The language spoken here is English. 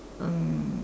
um